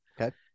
Okay